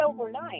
overnight